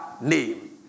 name